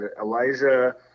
Elijah